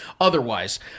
otherwise